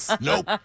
Nope